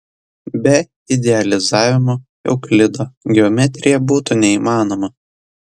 be idealizavimo euklido geometrija būtų neįmanoma